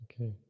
Okay